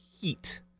heat